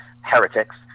heretics